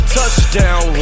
Touchdown